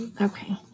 Okay